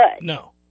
No